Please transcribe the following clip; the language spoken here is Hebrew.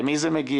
למי זה מגיע,